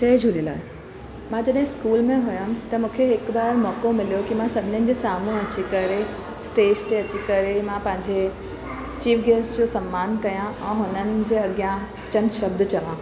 जय झूलेलाल मां जॾहिं स्कूल में हुयमि त मूंखे हिकु बार मौको मिलियो की मां सभिनीनि जे साम्हूं अची करे स्टेज ते अची करे मां पंहिंजे चीफ गेस्ट जो सम्मान कयां ऐं हुननि जे अॻियां चंद शब्द चवां